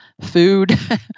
food